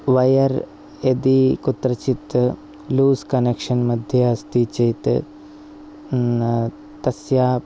wire यदि कुत्रचित् loose connection मध्ये अस्ति चेत् तस्य